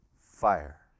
fire